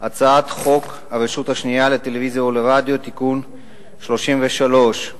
הצעת חוק הרשות השנייה לטלוויזיה ורדיו (תיקון מס' 33)